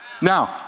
Now